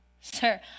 Sir